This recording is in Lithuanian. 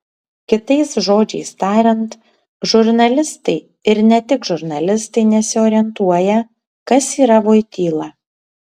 kitais žodžiais tariant žurnalistai ir ne tik žurnalistai nesiorientuoja kas yra voityla